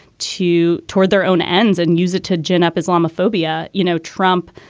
two toward their own ends and use it to gin up islamophobia. you know, trump.